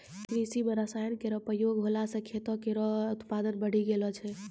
कृषि म रसायन केरो प्रयोग होला सँ खेतो केरो उत्पादन बढ़ी गेलो छै